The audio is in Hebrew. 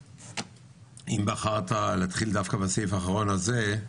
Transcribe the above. אם בחרת להתחיל דווקא בסעיף האחרון הזה,